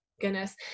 Goodness